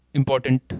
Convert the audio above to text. important